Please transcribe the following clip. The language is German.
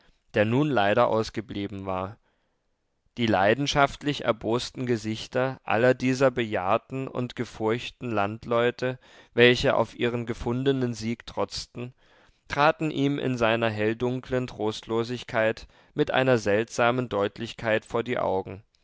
der nun leider ausgeblieben war die leidenschaftlich erbosten gesichter aller dieser bejahrten und gefurchten landleute welche auf ihren gefundenen sieg trotzten traten ihm in seiner helldunklen trostlosigkeit mit einer seltsamen deutlichkeit vor die augen